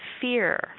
fear